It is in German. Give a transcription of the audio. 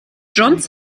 john’s